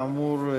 כאמור,